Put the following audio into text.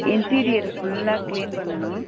interior ஃபுல்லாக clean பண்ணணும்